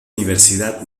universidad